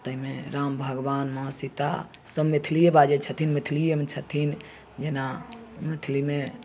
तहिमे राम भगवान माँ सीता सभ मैथिलिए बाजै छथिन मैथिलिएमे छथिन जेना मैथिलीमे